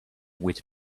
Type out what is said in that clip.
wit